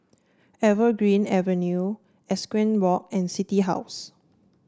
Evergreen Avenue Equestrian Walk and City House